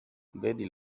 vedi